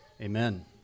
amen